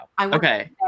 Okay